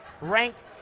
ranked